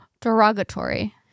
Derogatory